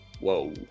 Whoa